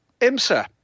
IMSA